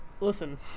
Listen